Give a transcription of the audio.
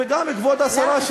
וגם כבוד השרה,